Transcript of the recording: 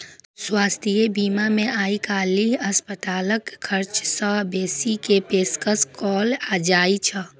स्वास्थ्य बीमा मे आइकाल्हि अस्पतालक खर्च सं बेसी के पेशकश कैल जाइ छै